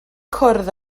cwrdd